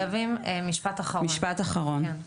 משפט אחרון בבקשה.